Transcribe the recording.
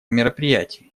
мероприятии